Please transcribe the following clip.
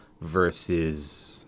versus